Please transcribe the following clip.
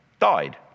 died